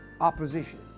opposition